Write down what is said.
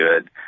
good